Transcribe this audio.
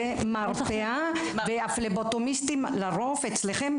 יש מרפאה והפבלוטומיסטים לרוב אצלכם,